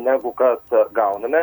negu kad gauname